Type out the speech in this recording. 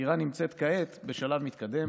והחקירה נמצאת כעת בשלב מתקדם